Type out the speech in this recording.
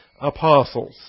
apostles